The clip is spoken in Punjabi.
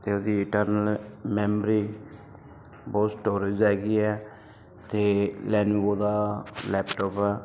ਅਤੇ ਉਹਦੀ ਇੰਟਰਨਲ ਮੈਮਰੀ ਬਹੁਤ ਸਟੋਰੇਜ ਹੈਗੀ ਹੈ ਅਤੇ ਲੈਨਵੋ ਦਾ ਲੈਪਟੋਪ ਆ